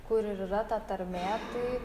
kur ir yra ta tarmė tai